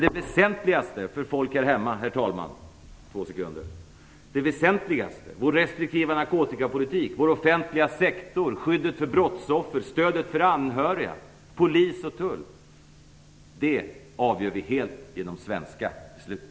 De väsentligaste frågorna för folk här hemma - vår restriktiva narkotikapolitik, vår offentliga sektor, skyddet för brottsoffer, stödet för anhöriga, Polis och Tull - avgör vi helt genom svenska beslut.